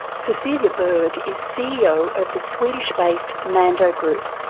cecilia bergh is ceo of the swedish based mando group.